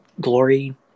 glory